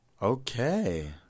Okay